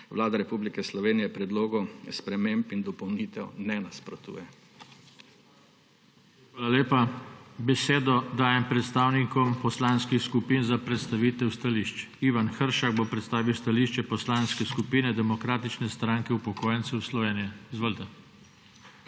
Vlada Republike Slovenije predlogu sprememb in dopolnitev ne nasprotuje. **PODPREDSEDNIK JOŽE TANKO:** Hvala lepa. Besedo dajem predstavnikom poslanskih skupin za predstavitev stališč. Ivan Hršak bo predstavil stališče Poslanske skupine Demokratične stranke upokojencev Slovenije. Izvolite.